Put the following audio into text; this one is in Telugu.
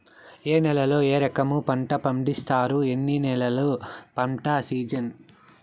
ఏ నేలల్లో ఏ రకము పంటలు పండిస్తారు, ఎన్ని నెలలు పంట సిజన్?